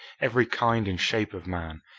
every kind and shape of man,